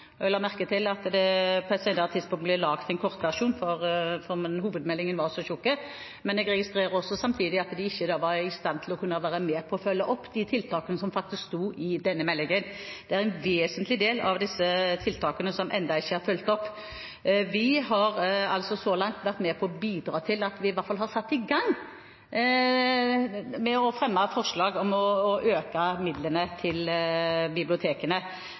Og jeg la merke til at det på et senere tidspunkt ble laget en kortversjon fordi hovedmeldingen var så tykk. Jeg registrerer samtidig at de ikke var i stand til å følge opp de tiltakene som faktisk sto i denne meldingen, for det er en vesentlig del av disse tiltakene som ennå ikke er fulgt opp. Vi har så langt vært med på å bidra til at vi i hvert fall har satt i gang arbeid med å fremme forslag om å øke midlene til bibliotekene.